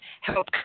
help